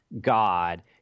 God